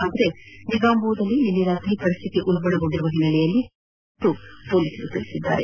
ಆದರೆ ನಿಗಾಂಬೋದಲ್ಲಿ ನಿನ್ನೆ ರಾತ್ರಿ ಪರಿಸ್ಥಿತಿ ಉಲ್ಬಣಗೊಂಡಿರುವ ಹಿನ್ನೆಲೆಯಲ್ಲಿ ಕರ್ಫ್ಯೂ ಜಾರಿ ಮಾಡಲಾಗಿದೆ ಎಂದು ಪೊಲೀಸರು ತಿಳಿಸಿದ್ದಾರೆ